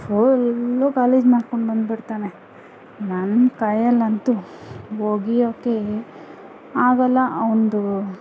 full ಗಲೀಜು ಮಾಡ್ಕೊಂಡು ಬಂದ್ಬಿಡ್ತಾನೆ ನನ್ನ ಕೈಯಲ್ಲಂತೂ ಒಗಿಯೊಕ್ಕೇ ಆಗೋಲ್ಲ ಅವನ್ದು